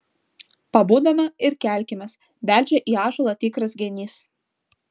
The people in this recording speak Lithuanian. pabudome ir kelkimės beldžia į ąžuolą tikras genys